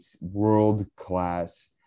world-class